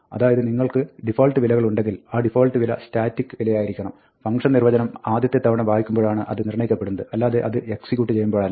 അതായത് നിങ്ങൾക്ക് ഡിഫാൾട്ട് വിലകളുണ്ടെങ്കിൽ ആ ഡിഫാൾട്ട് വില സ്റ്റാറ്റിക് വിലയായിരിക്കണം ഫംഗ്ഷൻ നിർവ്വചനം ആദ്യത്തെ തവണ വായിക്കുമ്പോഴാണ് അത് നിർണ്ണയിക്കപ്പെടുന്നത് അല്ലാതെ അത് എക്സിക്യൂട്ട് ചെയ്യുമ്പോഴല്ല